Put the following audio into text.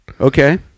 Okay